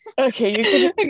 Okay